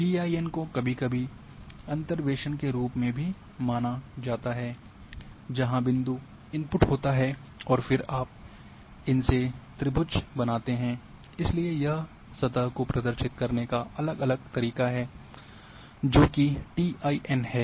TIN को कभी कभी अंतर्वेसन के रूप में भी माना जाता है जहां बिंदु इनपुट होता है और फिर आप इनसे त्रिभुज बनाते हैं इसलिए यह सतह को प्रदर्शित करने का अलग अलग तरीका है जो कि टीआईएन है